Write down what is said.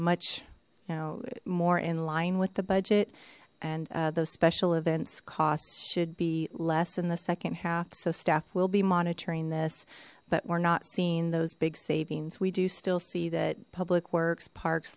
know more in line with the budget and those special events costs should be less in the second half so staff will be monitoring this but we're not seeing those big savings we do still see that public works parks